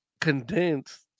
condensed